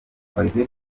olivier